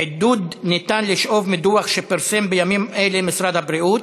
עידוד אפשר לשאוב מדוח שפרסם בימים אלה משרד הבריאות,